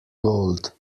gold